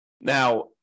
Now